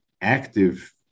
active